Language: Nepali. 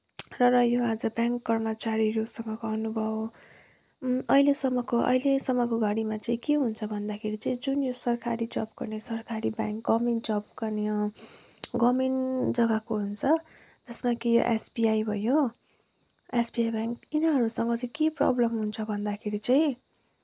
र रह्यो अझ ब्याङ्क कर्मचारूहरूसँगको अनुभव अहिलेसम्मको अहिलेसम्मको घडीमा चाहिँ के हुन्छ भन्दाखेरि चाहिँ जुन यो सरकारी जब गर्ने सरकारी ब्याङ्क गभर्मेन्ट जब गर्ने गभर्मेन्ट जग्गाको हुन्छ जसमा कि एसबिआई भयो एसबिआई ब्याङ्क यिनीहरूसँग चाहिँ के प्रब्लम हुन्छ भन्दाखेरि चाहिँ